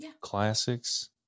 classics